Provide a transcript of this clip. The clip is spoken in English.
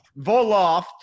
Voloft